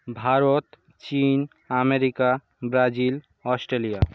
ভারত চীন America Brazil Australia